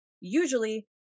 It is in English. usually